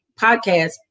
podcast